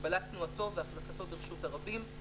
הגבלת תנועתו והחזקתו ברשות הרבים,